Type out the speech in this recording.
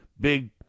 big